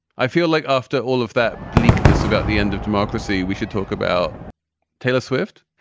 i feel like after all of that bleakness about the end of democracy, we should talk about taylor swift.